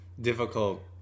difficult